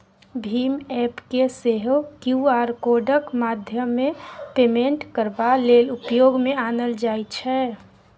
भीम app केँ सेहो Q R कोडक माध्यमेँ पेमेन्ट करबा लेल उपयोग मे आनल जाइ छै